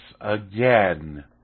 again